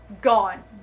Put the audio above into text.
gone